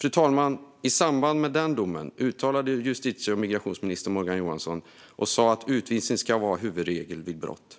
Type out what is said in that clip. Fru talman! I samband med domen uttalade sig justitie och migrationsminister Morgan Johansson och sa att utvisning ska vara huvudregel vid brott.